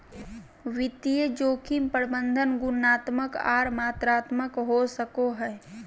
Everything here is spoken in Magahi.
वित्तीय जोखिम प्रबंधन गुणात्मक आर मात्रात्मक हो सको हय